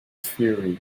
fury